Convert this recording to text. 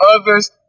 others